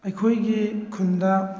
ꯑꯩꯈꯣꯏꯒꯤ ꯈꯨꯟꯗ